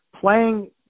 playing